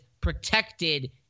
protected